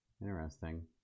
Interesting